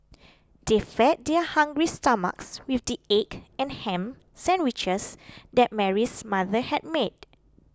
they fed their hungry stomachs with the egg and ham sandwiches that Mary's mother had made